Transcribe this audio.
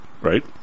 right